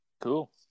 Cool